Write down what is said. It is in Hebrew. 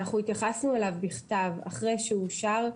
אנחנו התייחסנו אליו בכתב אחרי שאושר.